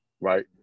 right